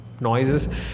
noises